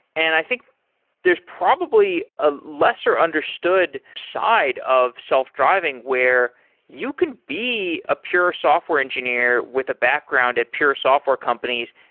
and i think there's probably the ah lesser understood side of self-driving, where you can be a pure software engineer with a background at pure software companies.